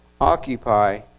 Occupy